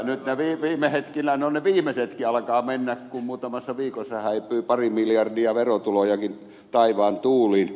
nyt viime hetkinä ne viimeisetkin alkavat mennä kun muutamassa viikossa häipyy pari miljardia verotulojakin taivaan tuuliin